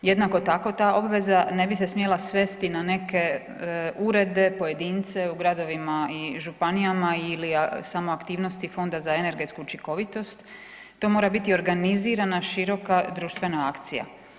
Jednako tako ta obveza ne bi se smjela svesti na neke urede, pojedince u gradovima i županijama ili samo aktivnosti Fonda za energetsku učinkovitost, to mora biti organizirana široka društvena akcija.